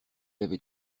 avait